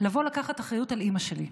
לבוא לקחת אחריות על אימא שלי.